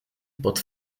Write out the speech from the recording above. pod